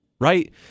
right